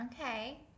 Okay